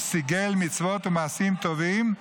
שסיגל מצוות ומעשים טובים,